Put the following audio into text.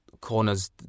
corners